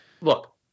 Look